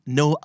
no